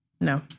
No